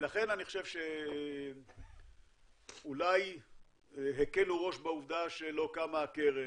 לכן אני חושב שאולי הקלו ראש בעובדה שלא קמה הקרן,